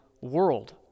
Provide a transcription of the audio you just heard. world